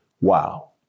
Wow